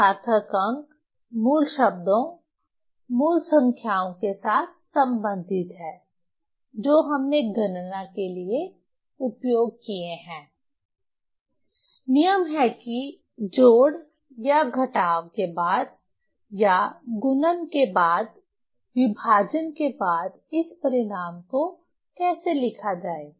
यह सार्थक अंक मूल शब्दों मूल संख्याओं के साथ संबंधित हैं जो हमने गणना के लिए उपयोग किए हैं नियम हैं कि जोड़ या घटाव के बाद या गुणन के बाद विभाजन के बाद इस परिणाम को कैसे लिखा जाए